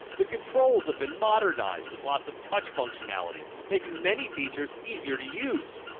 the controls have been modernized with lots of touch functionality, making many features easier to use.